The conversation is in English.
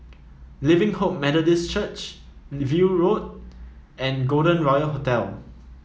Living Hope Methodist Church View Road and Golden Royal Hotel